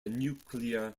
nuclear